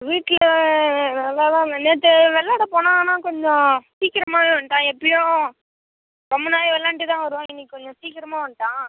வீட்டில நல்லாதான் இருந்தான் நேற்று விளாட போனான் ஆனால் கொஞ்சம் சீக்கிரமாகவே வந்துட்டான் எப்பியும் ரொம்ப நாழி விளாண்ட்டு தான் வருவான் இன்னிக்கு கொஞ்சம் சீக்கரமாக வந்துட்டான்